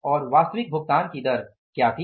और वास्तविक भुगतान की दर का क्या थी